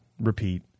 repeat